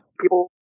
People